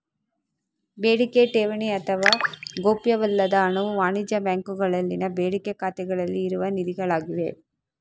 ಬೇಡಿಕೆ ಠೇವಣಿ ಅಥವಾ ಗೌಪ್ಯವಲ್ಲದ ಹಣವು ವಾಣಿಜ್ಯ ಬ್ಯಾಂಕುಗಳಲ್ಲಿನ ಬೇಡಿಕೆ ಖಾತೆಗಳಲ್ಲಿ ಇರುವ ನಿಧಿಗಳಾಗಿವೆ